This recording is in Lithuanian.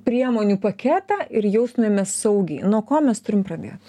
priemonių paketą ir jaustumėmės saugiai nuo ko mes turim pradėt